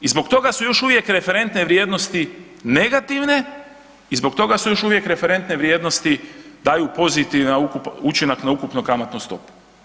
I zbog toga su još uvijek referentne vrijednosti negativne i zbog toga su još uvijek referentne vrijednosti daju pozitivan učinak na ukupnu kamatnu stopu.